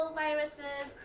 viruses